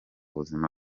buzima